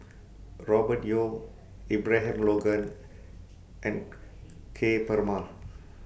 Robert Yeo Abraham Logan and Ka Perumal